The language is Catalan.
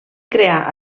crear